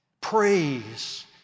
praise